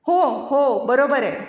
हो हो बरोबरए